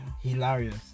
Hilarious